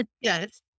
Yes